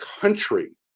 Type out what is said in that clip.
country